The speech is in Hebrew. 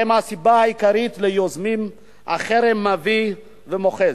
הם הסיבה העיקרית ליוזמות החרם, מבית ומחוץ.